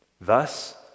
Thus